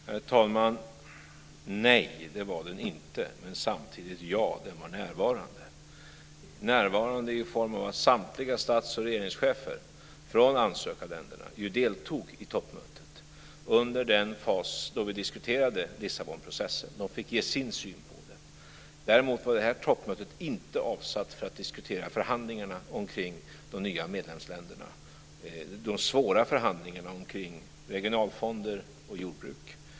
Herr talman! Nej, det var den inte, men samtidigt ja, den var närvarande, närvarande i form av att samtliga stats och regeringschefer från ansökarländerna deltog i toppmötet under den fas då vi diskuterade Lissabonprocessen. De fick ge sin syn på den. Däremot var det här toppmötet tid inte avsatt för att diskutera förhandlingarna om de nya medlemsländerna, de svåra förhandlingarna om regionalfonder och jordbruk.